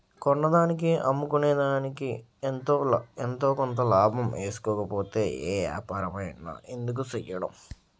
కొన్నదానికి అమ్ముకునేదికి ఎంతో కొంత లాభం ఏసుకోకపోతే ఏ ఏపారమైన ఎందుకు సెయ్యడం?